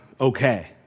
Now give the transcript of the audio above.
okay